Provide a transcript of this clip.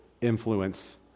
influence